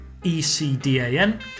ECDAN